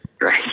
right